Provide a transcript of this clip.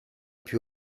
più